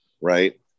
Right